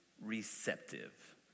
receptive